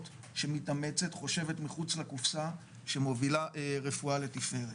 שמתאמצת חושבת מחוץ לקופסה שמובילה רפואה לתפארת.